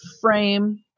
frame